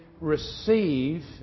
receive